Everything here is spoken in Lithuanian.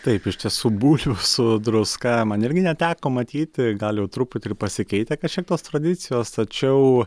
taip iš tiesų bulvių su druska man irgi neteko matyti gal jau truputį ir pasikeitę kažkiek tos tradicijos tačiau